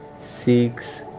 six